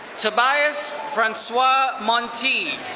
tobias francoise monti.